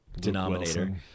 denominator